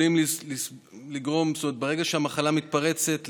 ברגע שהמחלה מתפרצת,